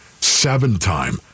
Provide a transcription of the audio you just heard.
seven-time